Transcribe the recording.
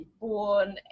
born